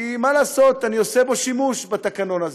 כי מה לעשות, אני עושה בו שימוש, בתקנון הזה.